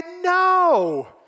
no